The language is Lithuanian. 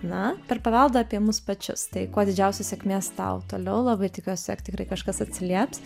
na per paveldą apie mus pačius tai kuo didžiausios sėkmės tau toliau labai tikiuosi jog tikrai kažkas atsilieps